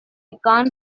can